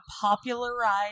popularized